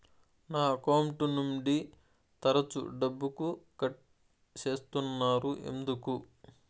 నా అకౌంట్ నుండి తరచు డబ్బుకు కట్ సేస్తున్నారు ఎందుకు